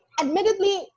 admittedly